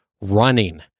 running